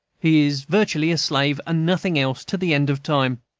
he is virtually a slave, and nothing else, to the end of time.